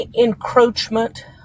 Encroachment